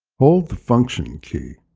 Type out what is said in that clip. hold the function key,